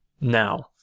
Now